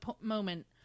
moment